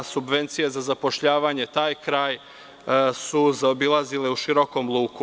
Subvencije za zapošljavanje su taj kraj zaobilazile u širokom luku.